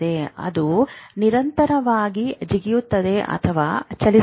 ಅದು ನಿರಂತರವಾಗಿ ಜಿಗಿಯುತ್ತದೆ ಅಥವಾ ಚಲಿಸುತ್ತದೆ